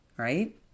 Right